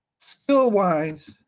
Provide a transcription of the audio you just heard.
Skill-wise